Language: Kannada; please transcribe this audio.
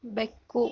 ಬೆಕ್ಕು